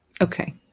Okay